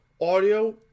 audio